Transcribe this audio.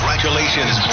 Congratulations